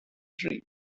dream